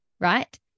right